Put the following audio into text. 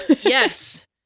Yes